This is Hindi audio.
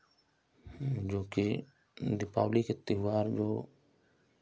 जो कि दीपावली की त्योहार जो